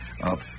Up